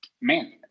man